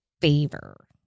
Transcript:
favor